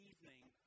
evening